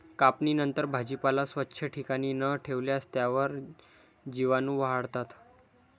कापणीनंतर भाजीपाला स्वच्छ ठिकाणी न ठेवल्यास त्यावर जीवाणूवाढतात